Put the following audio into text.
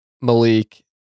Malik